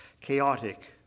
chaotic